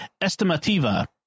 estimativa